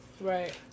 Right